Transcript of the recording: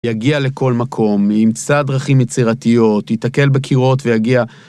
יגיע לכל מקום, ימצא דרכים יצירתיות, יתקל בקירות, ויגיע.